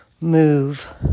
move